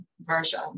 version